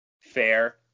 Fair